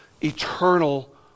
eternal